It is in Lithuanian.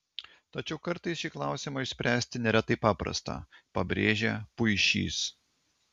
tačiau kartais šį klausimą išspręsti nėra taip paprasta pabrėžia puišys